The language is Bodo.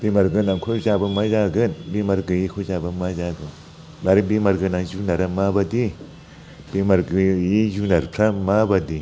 बेमार गोनांखौ जाबा मा जागोन बेमार गैयाखौ जाबा मा जागोन आरो बेमार गोनां जुनादआ माबादि बेमार गैयै जुनादफ्रा माबादि